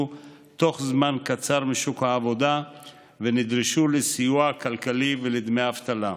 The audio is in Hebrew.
תוך זמן קצר משוק העבודה ונדרשו לסיוע כלכלי ולדמי אבטלה.